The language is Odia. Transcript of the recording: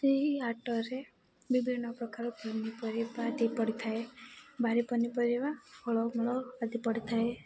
ସେହି ହାଟରେ ବିଭିନ୍ନ ପ୍ରକାର ପନିପରିବା ପଡ଼ିଥାଏ ବାରି ପନିପରିବା ଫଳମୂଳ ଆଦି ପଡ଼ିଥାଏ